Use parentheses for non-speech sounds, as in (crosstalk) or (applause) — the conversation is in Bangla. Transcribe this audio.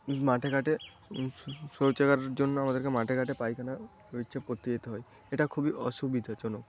মাঠেঘাটে (unintelligible) শৌচাগারের জন্য আমাদেরকে মাঠেঘাটে পায়খানা প্রস্রাব করতে যেতে হয় এটা খুবই অসুবিধাজনক